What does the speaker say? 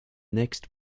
next